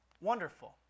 wonderful